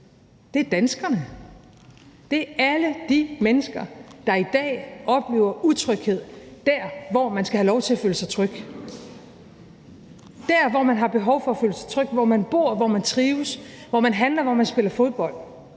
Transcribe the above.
det er danskerne. Det er alle de mennesker, der i dag oplever utryghed dér, hvor de skal have lov til at føle sig trygge; der, hvor man har behov for at føle sig tryg, hvor man bor, hvor man trives, hvor man handler, hvor man spiller fodbold,